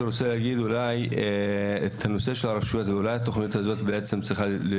לגבי הרשויות - אולי התוכנית הזו צריכה להיות